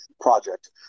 project